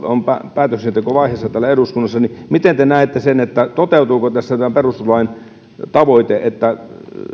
on päätöksentekovaiheessa täällä eduskunnassa niin miten te näette sen että toteutuuko tässä tämä perustuslain tavoite että